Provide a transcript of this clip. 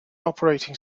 operating